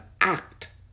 act